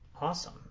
Awesome